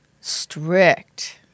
strict